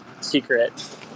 secret